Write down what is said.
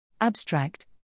Abstract